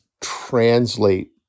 translate